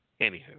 Anywho